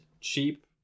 Cheap